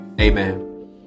Amen